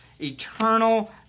eternal